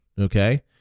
Okay